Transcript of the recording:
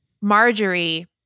Marjorie